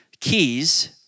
keys